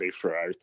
throughout